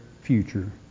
future